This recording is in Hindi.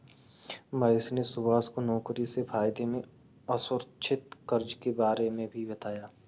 महेश ने सुभाष को नौकरी से फायदे में असुरक्षित कर्ज के बारे में भी बताया